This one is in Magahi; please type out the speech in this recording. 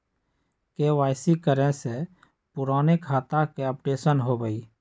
के.वाई.सी करें से पुराने खाता के अपडेशन होवेई?